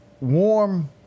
warm